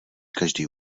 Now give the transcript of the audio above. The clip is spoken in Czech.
každý